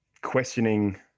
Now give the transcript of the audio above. questioning